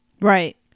Right